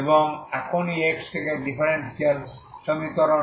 এবং এখন এই x থেকে সাধারণ ডিফারেনশিয়াল সমীকরণ